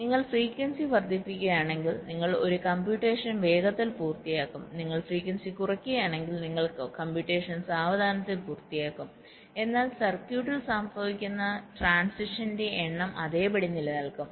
നിങ്ങൾ ഫ്രീക്വൻസി വർദ്ധിപ്പിക്കുകയാണെങ്കിൽ നിങ്ങൾ ഒരു കംപ്യുറ്റേഷൻ വേഗത്തിൽ പൂർത്തിയാക്കും നിങ്ങൾ ഫ്രീക്വൻസി കുറയ്ക്കുകയാണെങ്കിൽ നിങ്ങൾ കംപ്യുറ്റേഷൻ സാവധാനത്തിൽ പൂർത്തിയാക്കും എന്നാൽ ഒരു സർക്യൂട്ടിൽ സംഭവിക്കുന്ന ട്രാന്സിഷൻസിന്റെ എണ്ണം അതേപടി നിലനിൽക്കും